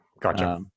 gotcha